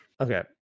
okay